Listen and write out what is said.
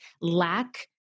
lack